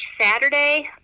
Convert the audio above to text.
Saturday